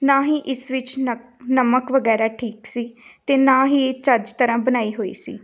ਨਾ ਹੀ ਇਸ ਵਿੱਚ ਨਕ ਨਮਕ ਵਗੈਰਾ ਠੀਕ ਸੀ ਅਤੇ ਨਾ ਹੀ ਇਹ ਚੱਜ ਤਰ੍ਹਾਂ ਬਣਾਈ ਹੋਈ ਸੀ